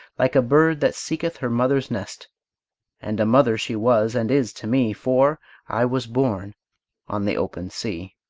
like a bird that seeketh her mother's nest and a mother she was and is to me, for i was born on the open sea.